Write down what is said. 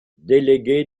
délégué